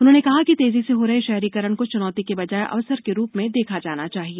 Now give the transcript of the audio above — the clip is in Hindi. उन्होंने कहा है कि तेजी से हो रहे शहरीकरण को चुनौती के बजाय अवसर के रूप में देखा जाना चाहिए